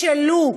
תמשלו.